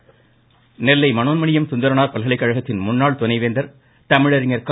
அறவாணன் நெல்லை மனோன்மணியம் சுந்தரனார் பல்கலைக்கழகத்தின் முன்னாள் துணைவேந்தர் தமிழறிஞர் க